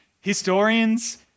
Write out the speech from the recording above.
Historians